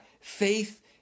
faith